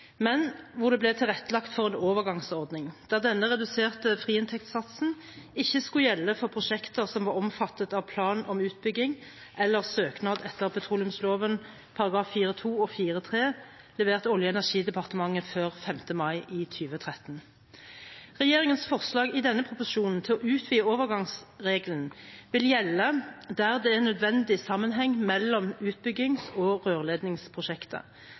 men hvor det ble tilrettelagt for en overgangsordning der denne reduserte friinntektssatsen ikke skulle gjelde for prosjekter som var omfattet av plan om utbygging eller søknad etter petroleumsloven § 4-2 og § 4-3, levert Olje- og energidepartementet før 5. mai 2013. Regjeringens forslag i denne proposisjonen om å utvide overgangsregelen vil gjelde der det er en nødvendig sammenheng mellom utbyggings- og